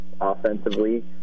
offensively